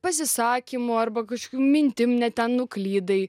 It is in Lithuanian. pasisakymu arba kažkiom mintim ne ten nuklydai